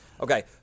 Okay